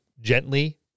gently